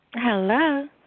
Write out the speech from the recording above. Hello